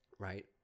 right